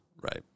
Right